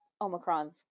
Omicron's